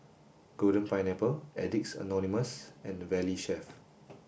Golden Pineapple Addicts Anonymous and Valley Chef